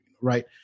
right